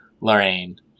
Lorraine